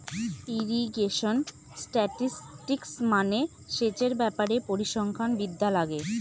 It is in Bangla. ইরিগেশন স্ট্যাটিসটিক্স মানে সেচের ব্যাপারে পরিসংখ্যান বিদ্যা লাগে